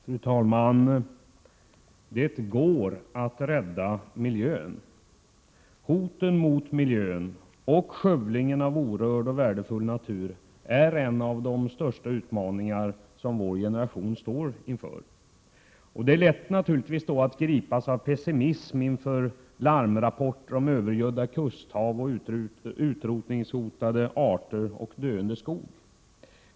Fru talman! Det går att rädda miljön. Hoten mot miljön och skövlingen av orörd och värdefull natur är en av de största utmaningar som vår generation står inför. Naturligtvis är det då lätt att gripas av pessimism vid larmrapporter om övergödda kusthav, utrotningshotade arter och döende skog.